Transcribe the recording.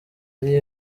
ari